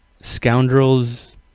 scoundrels